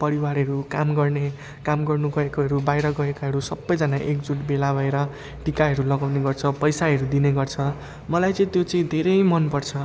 परिवारहरू काम गर्ने काम गर्नु गएकोहरू बाहिर गएकाहरू सबैजना एकजुट भेला भएर टिकाहरू लगाउने गर्छ पैसाहरू दिने गर्छ मलाई चाहिँ त्यो चाहिँ धेरै मनपर्छ